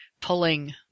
pulling